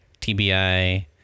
TBI